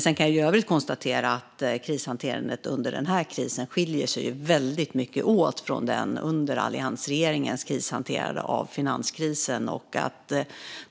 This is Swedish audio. Sedan kan jag i övrigt konstatera att krishanteringen under den här krisen skiljer sig väldigt mycket från alliansregeringens hantering av finanskrisen.